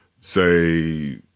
say